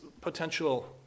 potential